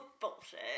bullshit